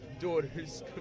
daughter's